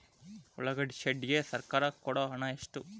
ಉಳ್ಳಾಗಡ್ಡಿ ಶೆಡ್ ಗೆ ಸರ್ಕಾರ ಕೊಡು ಹಣ ಎಷ್ಟು?